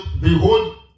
behold